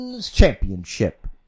championship